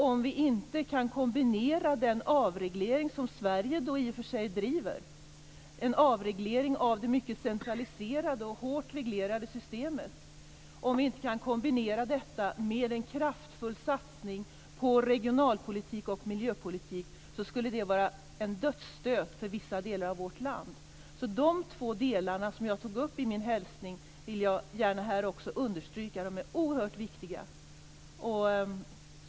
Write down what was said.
Om vi inte kan kombinera den avreglering som Sverige i och för sig driver - en avreglering av det mycket centraliserade och hårt reglerade systemet - med en kraftfull satsning på regionalpolitik och miljöpolitik skulle det vara en dödsstöt för vissa delar av vårt land. De här två delarna, som jag tog upp i min hälsning, vill jag gärna här också understryka. De är oerhört viktiga.